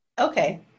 Okay